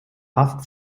haft